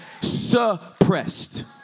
suppressed